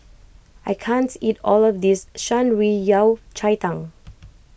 I can't eat all of this Shan Rui Yao Cai Tang